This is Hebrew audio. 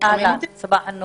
בקרב כלל